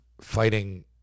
fighting